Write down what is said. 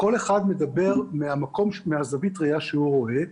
כל אחד מדבר מזווית הראייה שהוא רואה.